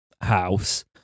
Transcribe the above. house